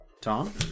Tom